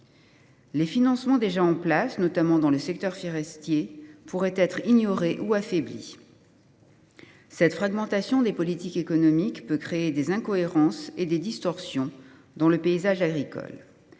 les financements déjà en place, notamment dans le secteur forestier, pourraient être ignorés ou affaiblis. Cette fragmentation des politiques économiques peut créer des incohérences et des distorsions dans le paysage agricole.